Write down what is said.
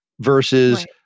versus